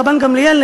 רבן גמליאל,